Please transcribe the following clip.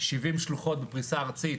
70 שלוחות בפריסה ארצית